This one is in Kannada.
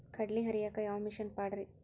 ಕಡ್ಲಿ ಹರಿಯಾಕ ಯಾವ ಮಿಷನ್ ಪಾಡ್ರೇ?